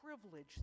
privilege